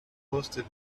posted